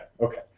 Okay